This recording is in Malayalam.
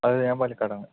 അതെ ഞാൻ പാലക്കാടാണ്